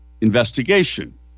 investigation